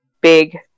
big